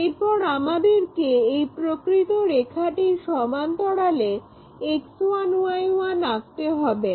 এরপর আমাদেরকে এই প্রকৃত রেখাটির সমান্তরালে X1Y1 আঁকতে হবে